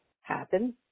happen